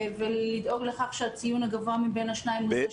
ולדאוג לכך שהציון הגבוה מבין השניים הוא זה שיקבע להם.